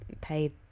pay